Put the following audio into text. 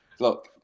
Look